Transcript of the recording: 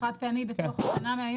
חד פעמי בתוך שנה מהיום?